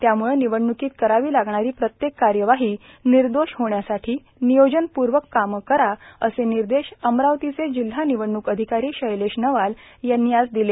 त्याम्ळं निवडण्कीत करावी लागणारी प्रत्येक कार्यवाही निर्दोष होण्यासाठी नियोजनपूर्वक कामं करा असे निर्देश अमरावती जिल्हा निवडणूक अधिकारी शैलेश नवाल यांनी आज दिले